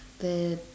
then